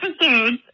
episodes